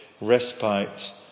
respite